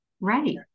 Right